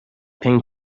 ping